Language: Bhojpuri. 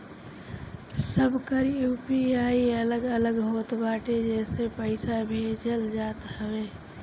सबकर यू.पी.आई अलग अलग होत बाटे जेसे पईसा भेजल जात हवे